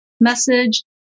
message